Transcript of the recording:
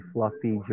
Fluffy